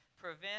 prevent